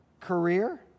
career